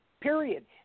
Period